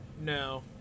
No